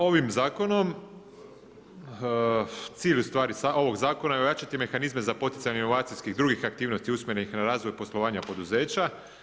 Ovim zakonom, cilj u stvari ovog zakona je ojačati mehanizme za poticanje inovacijskih i drugih aktivnosti usmjerenih na razvoj poslovanja poduzeća.